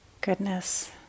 goodness